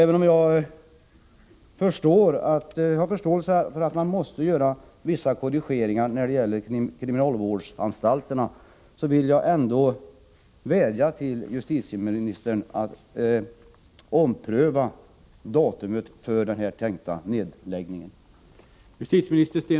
Även om jag har förståelse för att man måste göra vissa korrigeringar när det gäller kriminalvårdsanstalterna vill jag ändå vädja till justitieministern att ompröva datumet för nedläggningen.